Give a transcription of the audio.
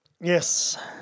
Yes